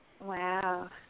Wow